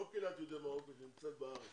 לא קהילת יהודי מרוקו שנמצאת בארץ,